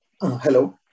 Hello